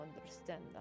understand